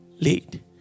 Late